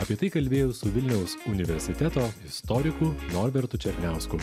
apie tai kalbėjaus su vilniaus universiteto istoriku norbertu černiausku